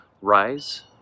Rise